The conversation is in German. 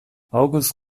august